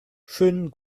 schönen